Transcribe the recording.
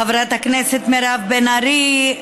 חברת הכנסת מירב בן ארי,